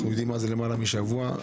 אנחנו יודעים מה זה למעלה משבוע.